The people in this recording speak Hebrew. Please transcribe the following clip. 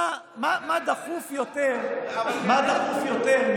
מה דחוף יותר מזה?